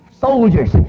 soldiers